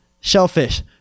shellfish